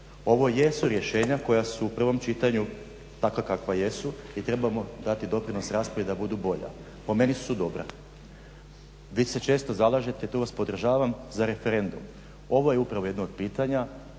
Ovo jesu rješenja koja su u prvom čitanju takva kakva jesu i trebamo dati doprinos raspravi da budu bolja, po meni su dobra. Vi se često zalažete i tu vas podržavam, za referendum. Ovo je upravo jedno od pitanja